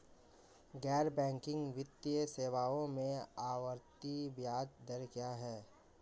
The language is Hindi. गैर बैंकिंग वित्तीय सेवाओं में आवर्ती ब्याज दर क्या है?